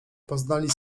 poznali